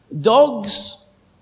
Dogs